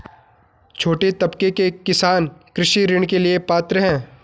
छोटे तबके के किसान कृषि ऋण के लिए पात्र हैं?